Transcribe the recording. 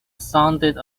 sounded